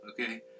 okay